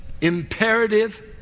imperative